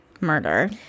murder